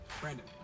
Brandon